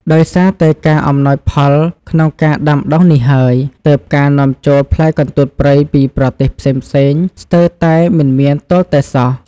ដោយសារតែការអំណោយផលក្នុងការដាំដុះនេះហើយ ទើបការនាំចូលផ្លែកន្ទួតព្រៃពីប្រទេសផ្សេងៗស្ទើរតែមិនមានទាល់តែសោះ។